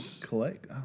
collect